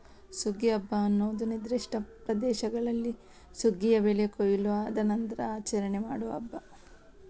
ಸುಗ್ಗಿ ಹಬ್ಬ ಅನ್ನುದು ನಿರ್ದಿಷ್ಟ ಪ್ರದೇಶಗಳಲ್ಲಿ ಸುಗ್ಗಿಯ ಬೆಳೆ ಕೊಯ್ಲು ಆದ ನಂತ್ರ ಆಚರಣೆ ಮಾಡುವ ಹಬ್ಬ